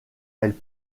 elle